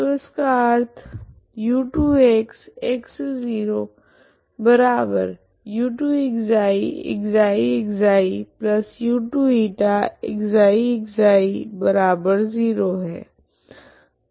तो इसका अर्थ u2x x0u2ξ ξξu2η ξξ0 है